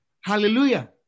Hallelujah